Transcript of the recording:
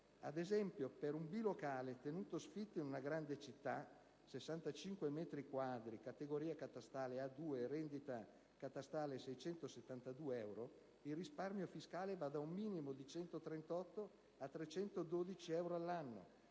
ad esempio, per un bilocale tenuto sfitto in una grande città (65 metri quadrati, categoria catastale A/2 e rendita catastale di 672 euro), il risparmio fiscale va da un minimo di 138 a 312 euro all'anno,